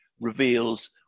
reveals